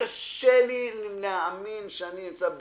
קשה לי להאמין שאמצא כאלה,